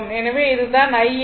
எனவே இது தான் Iab ஆகும்